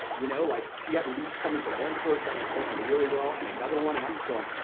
you know like she had leads coming from one source that was working really well and another one and i'm just going,